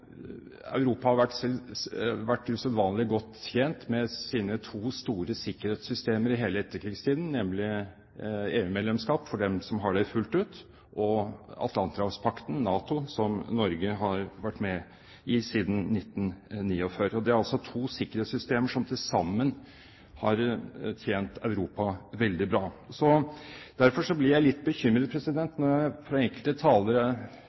Europa har vært usedvanlig godt tjent med sine to store sikkerhetssystemer i hele etterkrigstiden, nemlig EU-medlemskap – for dem som har det fullt ut – og Atlanterhavspakten, NATO, som Norge har vært med i siden 1949. Det er altså to sikkerhetssystemer som til sammen har tjent Europa veldig bra. Derfor blir jeg litt bekymret når det fra enkelte talere,